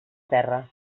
terra